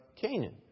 Canaan